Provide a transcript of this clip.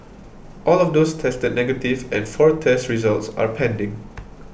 all of those tested negative and four test results are pending